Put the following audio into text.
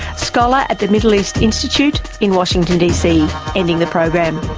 scholar at the middle east institute in washington dc ending the program.